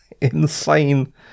insane